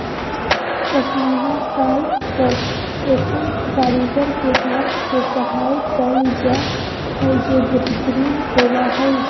पश्मीना शाल पर ऐसन कारीगर के हाथ से कढ़ाई कयल जा हइ जे बेहतरीन होबा हइ